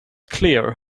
clear